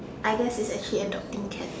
I guess it's as same as adopting cats